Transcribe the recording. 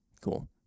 cool